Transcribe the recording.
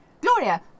Gloria